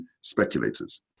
speculators